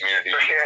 community